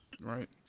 Right